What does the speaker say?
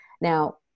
Now